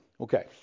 Okay